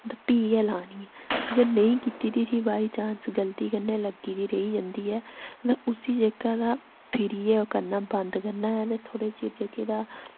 ते फ्ही गै लानी अगर नेईं कीती दी ही बाई चांस गलती कन्नै लग्गी दी रेही जन्दी ऐ ते उसी जेह्का तां फिरियै ओह् करना बंद करना ऐ ते थोह्ड़े चिर जेह्की तां